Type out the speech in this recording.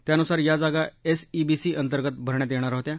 त्या नुसार या जागा एसईबीसी अंतर्गत भरण्यात येणार होत्या